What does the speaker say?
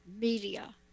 media